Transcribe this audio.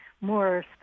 more